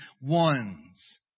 ones